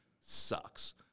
sucks